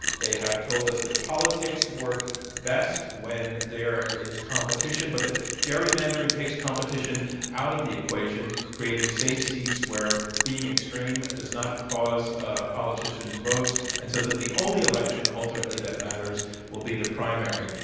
they have told us that politics work best when there is competition, but that gerrymandering takes competition out of the equation, creating safe seats where being extreme does not cost ah politicians votes. and so, that the only election ultimately that matters will be the primary.